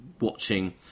watching